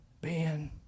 Ben